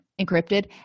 encrypted